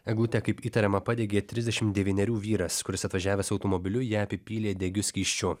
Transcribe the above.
eglutę kaip įtariama padegė trisdešim devynerių vyras kuris atvažiavęs automobiliu ją apipylė degiu skysčiu